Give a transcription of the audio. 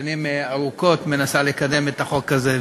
ששנים ארוכות מנסה לקדם את החוק הזה.